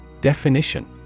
Definition